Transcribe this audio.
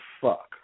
fuck